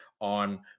on